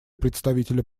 представителя